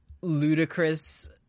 ludicrous